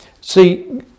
See